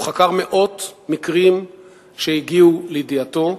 הוא חקר מאות מקרים שהגיעו לידיעתו,